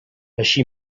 així